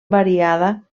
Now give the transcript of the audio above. variada